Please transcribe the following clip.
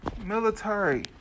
military